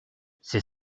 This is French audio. c’est